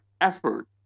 effort